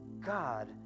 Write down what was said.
God